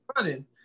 running